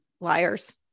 Liars